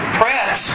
press